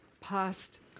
past